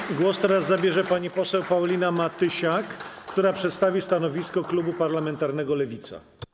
Teraz głos zabierze pani poseł Paulina Matysiak, która przedstawi stanowisko klubu parlamentarnego Lewica.